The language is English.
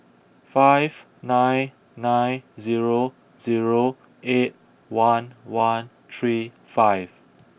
five nine nine zero zero eight one one three five